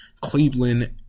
Cleveland